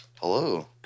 Hello